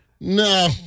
no